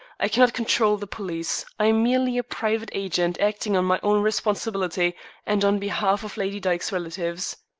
i cannot control the police. i am merely a private agent acting on my own responsibility and on behalf of lady dyke's relatives.